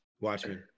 Watchmen